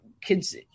kids